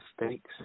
mistakes